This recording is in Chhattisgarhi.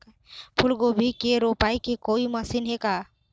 फूलगोभी के रोपाई के कोई मशीन हे का?